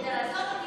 כדי לעשות את הבדיקה,